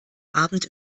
abend